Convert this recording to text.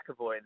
McAvoy